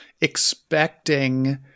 expecting